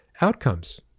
outcomes